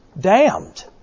damned